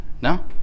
No